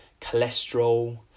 cholesterol